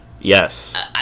Yes